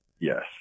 Yes